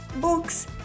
books